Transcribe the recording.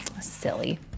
Silly